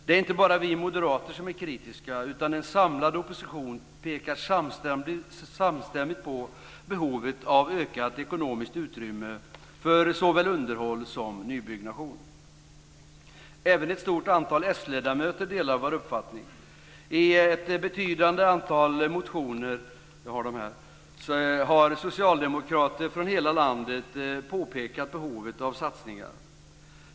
Det är inte bara vi moderater som är kritiska, utan en samlad oppositionen pekar samstämmigt på behovet av ökat ekonomiskt utrymme för såväl underhåll som nybyggnation. Även ett stort antal s-ledamöter delar vår uppfattning. I ett betydande antal motioner, som jag har här, har socialdemokrater över hela landet påpekat behovet av satsningar.